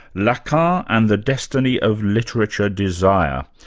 lacan and the destiny of literature desire,